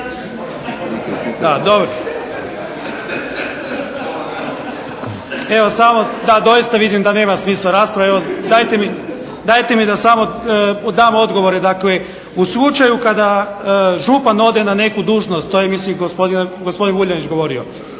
se./… Evo samo, da doista vidim da nema smisla rasprava. Evo dajte mi da samo dam odgovore. Dakle, u slučaju kada župan ode na neku dužnost to je mislim gospodin Vuljanić govorio.